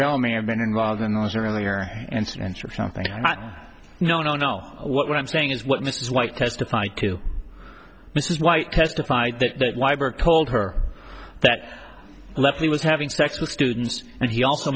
bellamy i've been involved in those earlier incidents or something i'm not no no no what i'm saying is what mrs white testify to mrs white testified that leibert told her that left he was having sex with students and he also